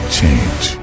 change